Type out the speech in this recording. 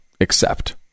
accept